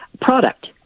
product